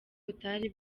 butari